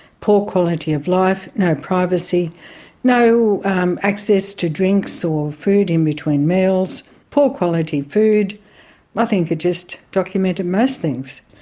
poor quality of life, no privacy no access to drinks or food in between meals, poor quality food i think it just documented most things.